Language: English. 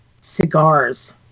cigars